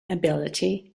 ability